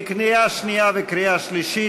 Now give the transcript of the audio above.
לקריאה שנייה וקריאה שלישית.